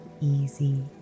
easy